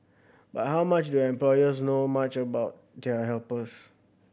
but how much do employers know much about their helpers